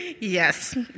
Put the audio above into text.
Yes